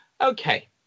Okay